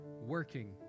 Working